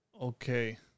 Okay